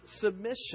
submission